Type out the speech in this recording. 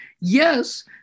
yes